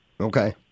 Okay